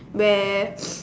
where